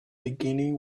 beginning